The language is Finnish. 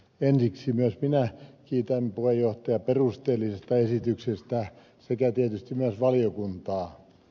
ensiksi myös minä kiitän puheenjohtajaa perusteellisesta esityksestä sekä tietysti myös valiokuntaa